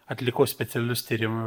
atlikau specialius tyrim